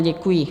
Děkuji.